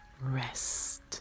rest